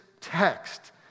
text